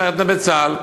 בצה"ל.